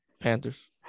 Panthers